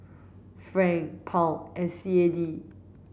Franc Pound and C A D